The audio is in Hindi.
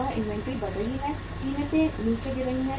वह इन्वेंट्री बढ़ रही है कीमतें नीचे गिर रही हैं